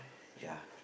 ya